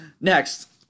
Next